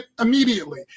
immediately